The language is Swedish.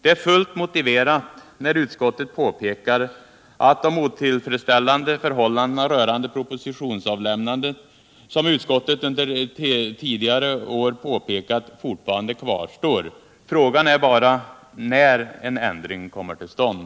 Det är fullt motiverat när utskottet påpekar att de otillfredsställande förhållanden rörande propositionsavlämnandet som utskottet under tidigare år påpekat fortfarande kvarstår. Frågan är bara när en ändring kommer till stånd.